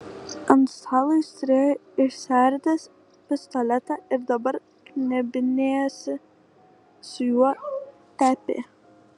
ant stalo jis turėjo išsiardęs pistoletą ir dabar knebinėjosi su juo tepė